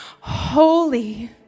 holy